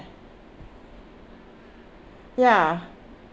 yeah